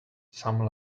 some